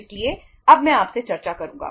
इसलिए अब मैं आपसे चर्चा करूंगा